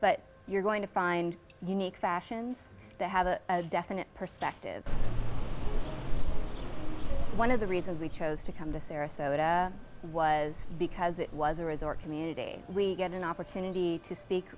but you're going to find unique fashions to have a definite perspective one of the reasons we chose to come to sarasota was because it was a resort community we get an opportunity to speak